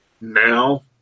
now